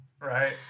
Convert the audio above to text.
Right